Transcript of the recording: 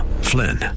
Flynn